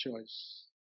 choice